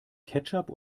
ketchup